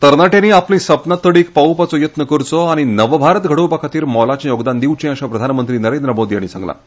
तरणाट्यांनी आपली सपनां तडीक पावोवपाचो यत्न करचो आनी नवभारत घडोवपा खातीर मोलाचें योगदान दिवचें अशें प्रधानमंत्री नरेंद्र मोदी हांणी सांगलां